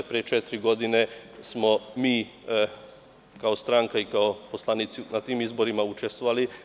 Pre četiri godine smo mi kao stranka i kao poslanici na tim izborima učestvovali.